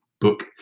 book